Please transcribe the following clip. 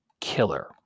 Killer